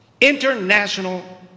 International